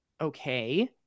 okay